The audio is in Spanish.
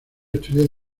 estudió